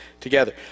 together